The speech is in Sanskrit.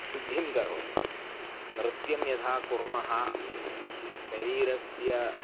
शुद्धिं करोति नृत्यं यथा कुर्मः शरीरस्य